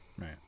Right